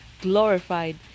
glorified